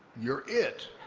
you're it.